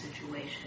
situation